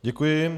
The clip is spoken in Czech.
Děkuji.